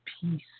peace